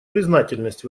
признательность